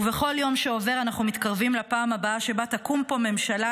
ובכל יום שעובר אנחנו מתקרבים לפעם הבאה שבה תקום פה ממשלה